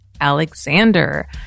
Alexander